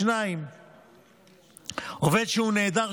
2. עובד שנעדר,